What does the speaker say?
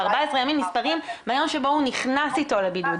ה-14 ימים נספרים מהיום שבו הוא נכנס איתו לבידוד,